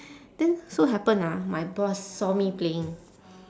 then so happen ah my boss saw me playing